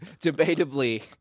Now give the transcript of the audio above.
debatably